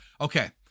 okay